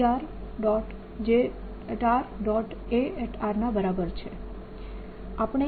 A ના બરાબર છે